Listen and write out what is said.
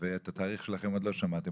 ואת התאריך שלכם עוד לא שמעתי,